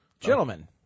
Gentlemen